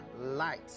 light